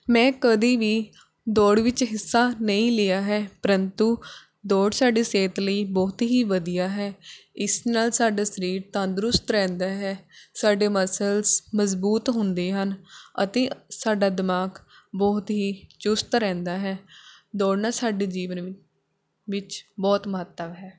ਮੈਂ ਕਦੇ ਵੀ ਦੌੜ ਵਿੱਚ ਹਿੱਸਾ ਨਹੀਂ ਲਿਆ ਹੈ ਪਰੰਤੂ ਦੌੜ ਸਾਡੀ ਸਿਹਤ ਲਈ ਬਹੁਤ ਹੀ ਵਧੀਆ ਹੈ ਇਸ ਨਾਲ ਸਾਡਾ ਸਰੀਰ ਤੰਦਰੁਸਤ ਰਹਿੰਦਾ ਹੈ ਸਾਡੇ ਮਸਲਸ ਮਜ਼ਬੂਤ ਹੁੰਦੇ ਹਨ ਅਤੇ ਸਾਡਾ ਦਿਮਾਗ ਬਹੁਤ ਹੀ ਚੁਸਤ ਰਹਿੰਦਾ ਹੈ ਦੌੜਨਾ ਸਾਡੇ ਜੀਵਨ ਵਿੱਚ ਬਹੁਤ ਮਹੱਤਵ ਹੈ